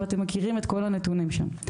ואתם מכירים את כל הנתונים שם.